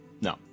No